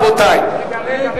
רבותי.